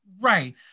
right